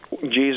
Jesus